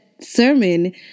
sermon